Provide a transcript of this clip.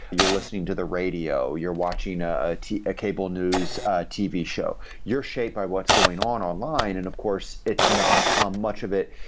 you're listening to the radio, you're watching ah ah a cable news tv show. you're shaped by what's going on online and of course, it's not ah much of it,